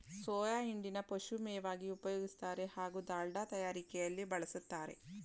soya ಹಿಂಡಿನ ಪಶುಮೇವಾಗಿ ಉಪಯೋಗಿಸ್ತಾರೆ ಹಾಗೂ ದಾಲ್ಡ ತಯಾರಿಕೆಲಿ ಬಳುಸ್ತಾರೆ